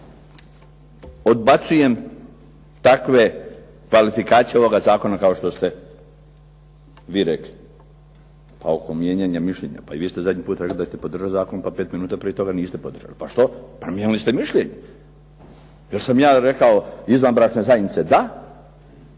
odbacujem takve kvalifikacije ovoga zakona kao što ste vi rekli. Pa oko mijenjanja mišljenja. Pa i vi ste zadnji puta rekli da ćete podržati zakon, pa pet minuta prije toga niste podržali. Pa što? Promijenili ste mišljenje. Jer sam ja rekao izvanbračne zajednice da,